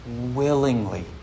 Willingly